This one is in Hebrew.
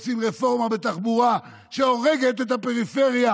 עושים רפורמה בתחבורה שהורגת את הפריפריה